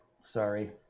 Sorry